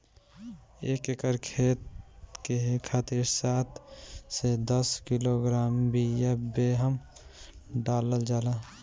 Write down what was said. एक एकर खेत के खातिर सात से दस किलोग्राम बिया बेहन डालल जाला?